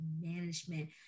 management